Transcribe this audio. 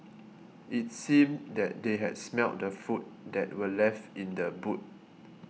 it seemed that they had smelt the food that were left in the boot